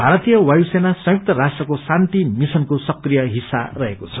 भारतीय वायु सेना संयुक्त राष्ट्रको शान्ति मिशनको सक्रिय हिस्सा रहेको छ